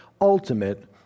ultimate